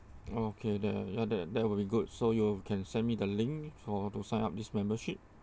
okay that ya that that would be good so you can send me the link for to sign up this membership